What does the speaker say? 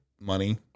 money